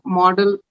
model